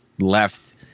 left